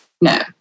no